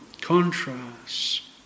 contrasts